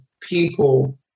people